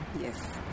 Yes